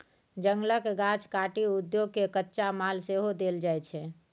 जंगलक गाछ काटि उद्योग केँ कच्चा माल सेहो देल जाइ छै